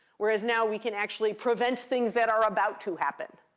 whereas now, we can actually prevent things that are about to happen.